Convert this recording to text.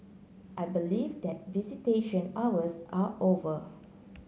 I believe that visitation hours are over